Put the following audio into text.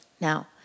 Now